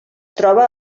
troba